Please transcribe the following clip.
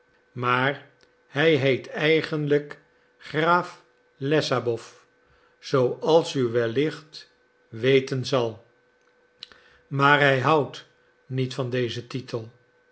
maar hij heet eigenlijk graaf lessabow zooals u wellicht weten zal maar hij houdt niet van dezen titel